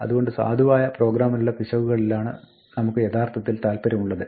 അതുകൊണ്ട് സാധുവായ പ്രോഗ്രാമിലുള്ള പിശകുകളിലാണ് നമുക്ക് യഥാർത്ഥത്തിൽ താൽപര്യമുള്ളത്